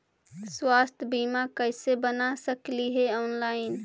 स्वास्थ्य बीमा कैसे बना सकली हे ऑनलाइन?